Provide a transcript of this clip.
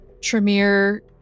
Tremere